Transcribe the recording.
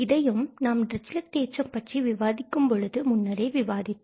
இதையும் நாம் அதாவது டிரிச்சிலட் தேற்றம் பற்றி விவாதிக்கும் பொழுது முன்னரே விவாதித்தோம்